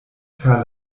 per